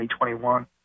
2021